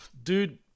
dude